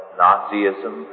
nazism